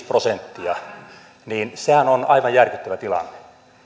prosenttia niin sehän on aivan järkyttävä tilanne